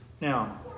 Now